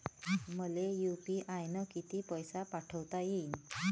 मले यू.पी.आय न किती पैसा पाठवता येईन?